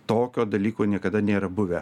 tokio dalyko niekada nėra buvę